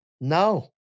No